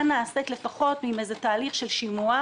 נעשית לפחות עם איזה תהליך של שימוע,